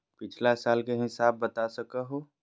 पिछला साल के हिसाब बता सको हो?